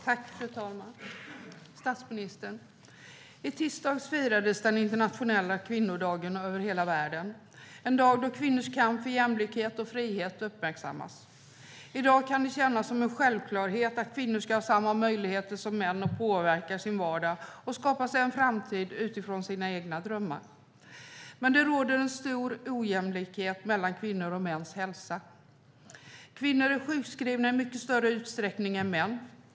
Fru talman! I tisdags firades den internationella kvinnodagen över hela världen. Det är en dag då kvinnors kamp för jämlikhet och frihet uppmärksammas. I dag kan det kännas som en självklarhet att kvinnor ska ha samma möjligheter som män att påverka sin vardag och skapa sig en framtid utifrån sina egna drömmar. Men det råder stor ojämlikhet mellan kvinnors och mäns hälsa. Kvinnor är sjukskrivna i mycket större utsträckning än män.